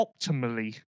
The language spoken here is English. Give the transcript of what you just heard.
optimally